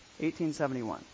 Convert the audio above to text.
1871